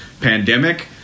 pandemic